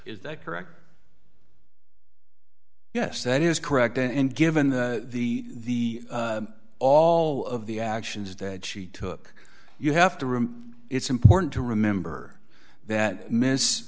is that correct yes that is correct and given the all of the actions that she took you have to room it's important to remember that miss